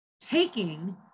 taking